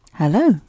Hello